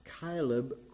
Caleb